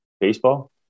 baseball